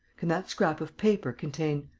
can that scrap of paper contain.